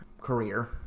career